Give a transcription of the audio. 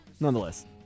nonetheless